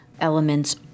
elements